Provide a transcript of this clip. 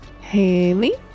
Haley